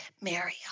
Mary